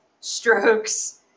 Strokes